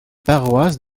paroisse